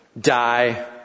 die